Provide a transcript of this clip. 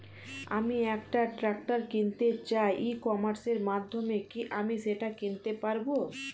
আমি একটা ট্রাক্টর কিনতে চাই ই কমার্সের মাধ্যমে কি আমি সেটা কিনতে পারব?